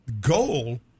goal